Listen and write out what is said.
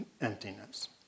emptiness